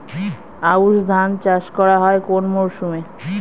আউশ ধান চাষ করা হয় কোন মরশুমে?